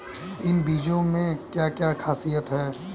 इन बीज में क्या क्या ख़ासियत है?